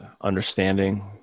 understanding